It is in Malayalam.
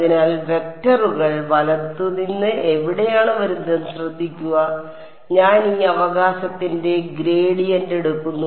അതിനാൽ വെക്ടറുകൾ വലത്തു നിന്ന് എവിടെയാണ് വരുന്നതെന്ന് ശ്രദ്ധിക്കുക ഞാൻ ഈ അവകാശത്തിന്റെ ഗ്രേഡിയന്റ് എടുക്കുന്നു